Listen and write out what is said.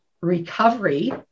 recovery